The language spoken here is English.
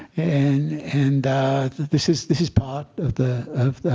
and and this is this is part of the